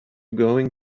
going